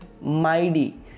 mighty